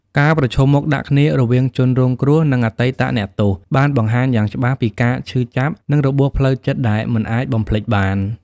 ការប្រឈមមុខដាក់គ្នារវាងជនរងគ្រោះ និងអតីតអ្នកទោសបានបង្ហាញយ៉ាងច្បាស់ពីការឈឺចាប់ និងរបួសផ្លូវចិត្តដែលមិនអាចបំភ្លេចបាន។